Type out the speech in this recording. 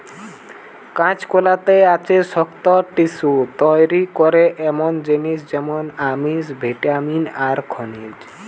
কাঁচকলাতে আছে শক্ত টিস্যু তইরি করে এমনি জিনিস যেমন আমিষ, ভিটামিন আর খনিজ